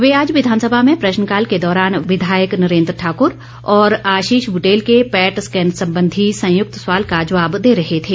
वे आज विधानसभा में प्रश्नकाल के दौरान विधायक नरेंद्र ठाकर और आशीष ब्रेटेल के पैट स्कैन संबंधी संयुक्त सवाल का जवाब दे रहे थे